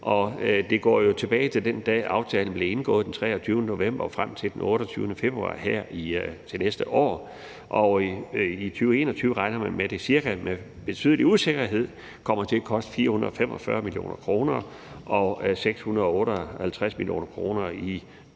løber jo tilbage til den dag, aftalen blev indgået, den 23. november 2021, og frem til den 28. februar til næste år. I 2021 regner man med – det er med en betydelig usikkerhed – at det kommer til at koste ca. 445 mio. kr. og ca. 658 mio. kr. i 2022